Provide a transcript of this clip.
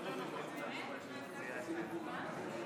הפסדתי את ההצבעה?